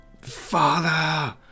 father